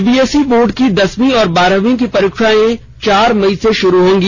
CBSE board की दसवीं और बारहवीं की परीक्षाएं चार मई से शुरू होंगी